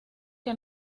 que